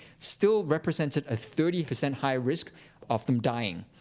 still represented a thirty percent higher risk of them dying.